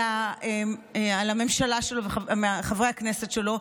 על הממשלה שלו וחברי הכנסת שלו,